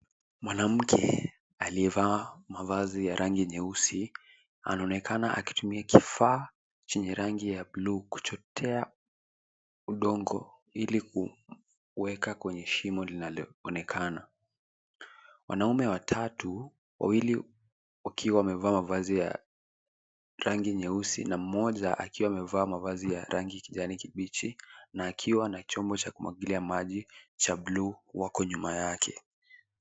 Mwanamke aliyevaa mavazi ya rangi nyeusi anaonekana akitumia kifaa chenye rangi ya bluu kuchotea udongo ili kuweka kwenye shimo linaonekana. Wanaume watatu, wawili wakiwamevaa mavazi ya rangi nyeusi na moja akiwa amevaa mavazi ya rangi kijani kibichi na akiwa na jombo ya kumwakilia maji cha bluu wako nyuma yake.